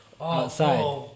outside